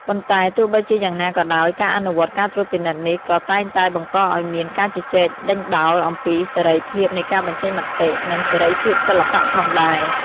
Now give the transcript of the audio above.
ប៉ុន្តែទោះបីជាយ៉ាងណាក៏ដោយ ការអនុវត្តការត្រួតពិនិត្យនេះ ក៏តែងតែបង្កឲ្យមាន ការជជែកដេញដោលអំពីសេរីភាពនៃការបញ្ចេញមតិ និងសេរីភាពសិល្បៈ ផងដែរ។